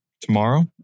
tomorrow